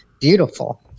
beautiful